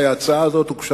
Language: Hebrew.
ההצעה הזאת הוגשה